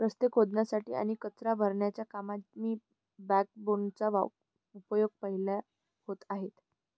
रस्ते खोदण्यासाठी आणि कचरा भरण्याच्या कामात मी बॅकबोनचा उपयोग पाहिले आहेत